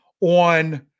on